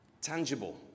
tangible